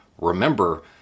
remember